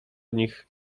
nich